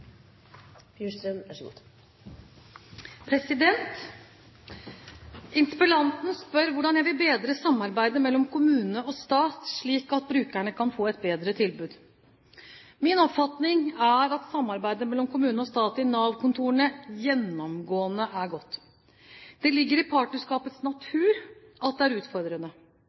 Interpellanten spør hvordan jeg vil bedre samarbeidet mellom kommune og stat slik at brukerne kan få et bedre tilbud. Min oppfatning er at samarbeidet mellom kommune og stat i Nav-kontorene gjennomgående er godt. Det ligger i partnerskapets natur at det er utfordrende.